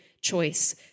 choice